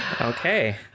Okay